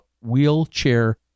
wheelchair